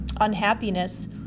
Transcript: unhappiness